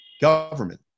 government